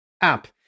app